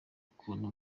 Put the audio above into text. ukuntu